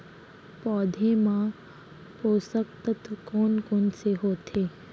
पौधे मा पोसक तत्व कोन कोन से होथे?